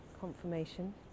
confirmation